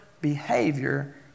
behavior